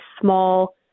small